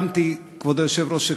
כבוד היושב-ראש,